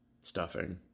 Stuffing